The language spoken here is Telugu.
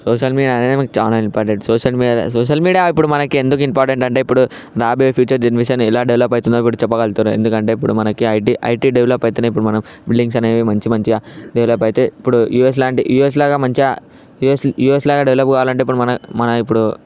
సోషల్ మీడియా అనేది మనకి చాలా important social media social media media ఇప్పుడు మనకి ఎందుకు ఇంపార్టెంట్ అంటే ఇప్పుడు రాబోయే ఫ్యూచర్ జనరేషన్ ఎలా డెవలప్ అయితుందో కూడా చెప్పగలుగుతుర్రు ఎందుకంటే ఇప్పుడు మనకి ఐటీ ఐటీ డెవలప్ అయితే ఇప్పుడు మనం బిల్డింగ్స్ అనేవి మంచి మంచిగా డెవలప్ అయితే ఇప్పుడు యూఎస్ లాంటి యుఎస్ లాగా మంచిగా యుఎస్ యుఎస్ లాగా డెవలప్ కావాలంటే ఇప్పుడు మన మన ఇప్పుడు